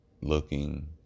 looking